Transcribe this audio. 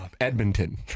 Edmonton